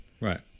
right